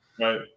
Right